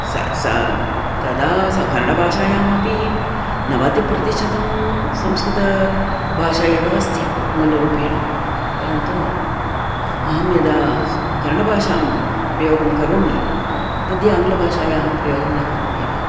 स स तदा स कन्नडभाषायामपि नवतिप्रतिशतं संस्कृताभाषा एव अस्ति मूल्यरूपेण परन्तु अहं यदा कन्नडभाषां प्रयोगं करोमि मध्ये आङ्ग्लभाषायाः प्रयोगं न करोमि एव